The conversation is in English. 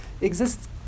exists